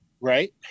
right